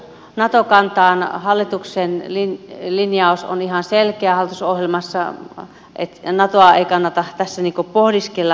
nato kantaan hallituksen linjaus on ihan selkeä hallitusohjelmassa että natoa ei kannata tässä pohdiskella